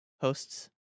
hosts